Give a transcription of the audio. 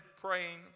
praying